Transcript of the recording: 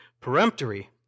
peremptory